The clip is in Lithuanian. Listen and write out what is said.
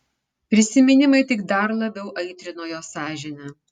prisiminimai tik dar labiau aitrino jo sąžinę